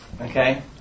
Okay